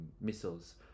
missiles